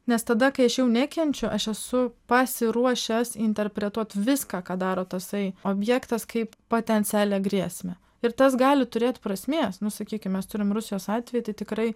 nes tada kai aš jau nekenčiu aš esu pasiruošęs interpretuot viską ką daro tasai objektas kaip potencialią grėsmę ir tas gali turėt prasmės nu sakykim mes turime rusijos atvejį tai tikrai